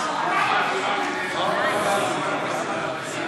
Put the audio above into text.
במדינת ישראל),